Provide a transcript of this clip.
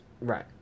Right